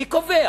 מי קובע?